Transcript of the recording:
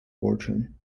fortune